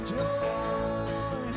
joy